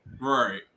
Right